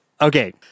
okay